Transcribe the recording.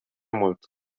mult